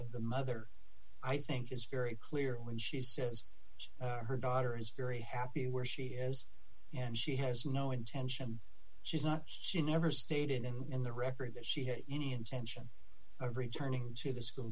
of the mother i think it's very clear when she says her daughter is very happy where she is and she has no intention she's not she never stated in the record that she had any intention of returning to the school